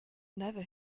never